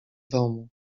domu